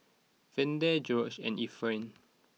Verdell Greggory and Efrain